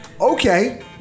Okay